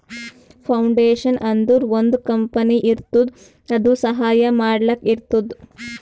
foundation ಅಂದುರ್ ಒಂದ್ company ಇರ್ತುದ್ ಅದು ಸಹಾಯ ಮಾಡ್ಲಕ್ ಇರ್ತುದ್